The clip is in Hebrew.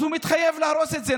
אז הוא מתחייב להרוס את זה.